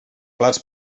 plats